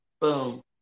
Boom